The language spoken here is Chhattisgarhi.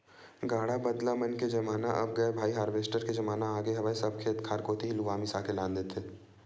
गाड़ा बदला मन के जमाना अब गय भाई हारवेस्टर के जमाना आगे हवय सब खेत खार कोती ही लुवा मिसा के लान देथे